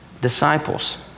Disciples